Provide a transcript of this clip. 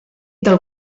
del